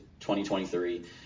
2023